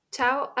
Ciao